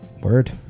Word